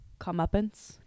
comeuppance